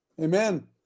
Amen